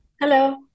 Hello